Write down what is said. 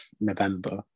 November